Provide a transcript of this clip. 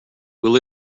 will